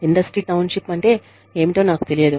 industry township అంటే ఏమిటో నాకు తెలియదు